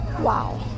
wow